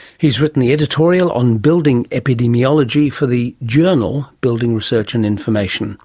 he's written the editorial on building epidemiology for the journal building research and information